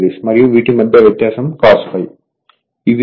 9o మరియు వీటి మధ్య వ్యత్యాసం cos ∅